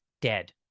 dead